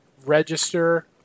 register